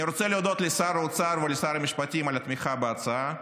אני רוצה להודות לשר האוצר ולשר המשפטים על התמיכה בהצעה,